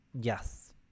Yes